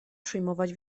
przyjmować